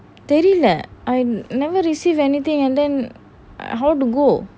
தெரில:terila leh I never receive anything and then how to go